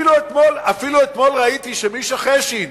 אתמול אפילו ראיתי שמישה חשין,